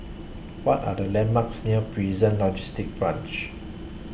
What Are The landmarks near Prison Logistic Branch